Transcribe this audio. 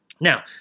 Now